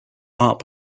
art